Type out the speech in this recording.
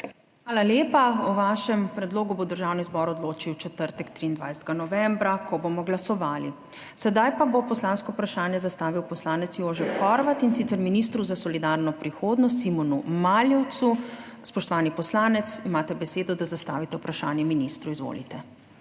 Hvala lepa. O vašem predlogu bo Državni zbor odločil v četrtek, 23. novembra, ko bomo glasovali. Sedaj pa bo poslansko vprašanje zastavil poslanec Jožef Horvat, in sicer ministru za solidarno prihodnost Simonu Maljevcu. Spoštovani poslanec, imate besedo, da zastavite vprašanje ministru. Izvolite.